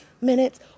minutes